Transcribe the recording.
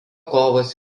kovos